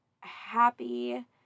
happy